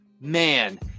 Man